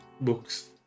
books